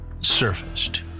surfaced